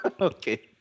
Okay